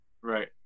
right